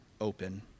open